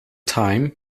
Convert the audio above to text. time